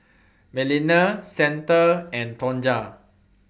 Melina Santa and Tonja